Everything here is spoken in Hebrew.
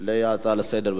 על ההצעה לסדר-היום.